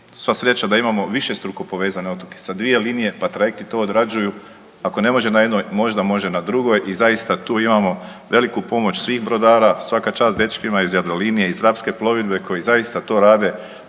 Sva sreća da imamo višestruko povezane otoke sa dvije linije, pa trajekti to odrađuju, ako ne može na jednoj možda može na drugoj i zaista tu imamo veliku pomoć svih brodara, svaka čast dečkima iz Jadrolinije i iz Rapske plovidbe koji zaista to rade